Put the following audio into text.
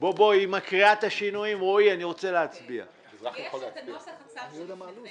יש את נוסח הצו.